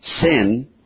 Sin